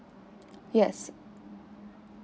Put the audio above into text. yes